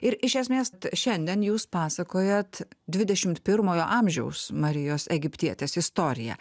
ir iš esmės šiandien jūs pasakojat dvidešimt pirmojo amžiaus marijos egiptietės istoriją